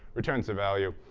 returns a value.